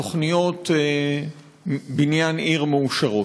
תוכניות בניין עיר מאושרות.